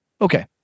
okay